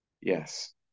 yes